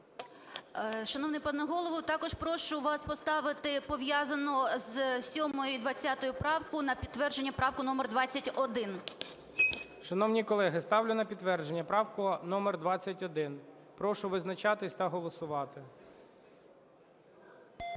Шановний пане Голово, також прошу вас поставити пов'язану з 7-ю і 20-ю правками на підтвердження правку номер 21. ГОЛОВУЮЧИЙ. Шановні колеги, ставлю на підтвердження правку номер 21. Прошу визначатися та голосувати.